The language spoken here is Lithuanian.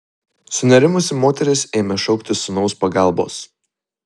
sunerimusi moteris ėmė šauktis sūnaus pagalbos